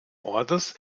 ortes